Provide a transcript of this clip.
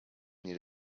need